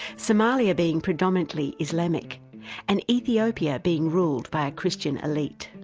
somalia being predominantly islamic and ethiopia being ruled by a christian elite.